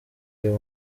uyu